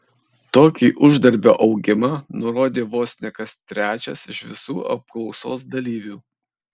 tokį uždarbio augimą nurodė vos ne kas trečias iš visų apklausos dalyvių